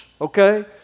Okay